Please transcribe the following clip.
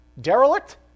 derelict